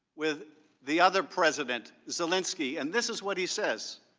with the other president, zelensky. and this is what he says.